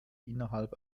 innerhalb